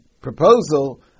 proposal